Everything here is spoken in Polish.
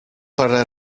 parę